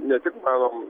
ne tik manom